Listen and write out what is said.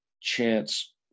chance